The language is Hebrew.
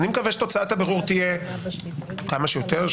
אני מקווה שכתוצאה מהבירור תהיה כמה שיותר,